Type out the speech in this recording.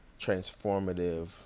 transformative